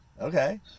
Okay